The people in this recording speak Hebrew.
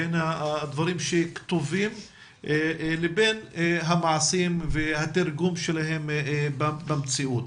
בין הדברים שכתובים לבין המעשים והתרגום שלהם במציאות.